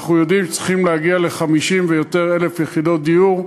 אנחנו יודעים שצריכים להגיע ל-50,000 ויותר יחידות דיור.